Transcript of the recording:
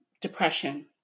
depression